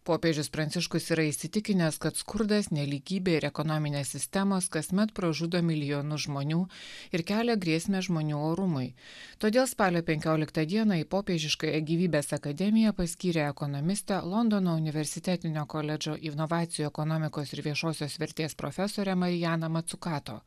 popiežius pranciškus yra įsitikinęs kad skurdas nelygybė ir ekonominės sistemos kasmet pražudo milijonus žmonių ir kelia grėsmę žmonių orumui todėl spalio penkioliktą dieną į popiežiškąją gyvybės akademiją paskyrė ekonomistę londono universitetinio koledžo inovacijų ekonomikos ir viešosios vertės profesorę marijaną matsukato